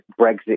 Brexit